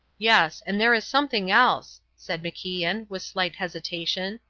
yes, and there is something else, said macian, with slight hesitation.